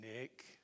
Nick